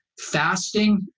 Fasting